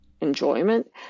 enjoyment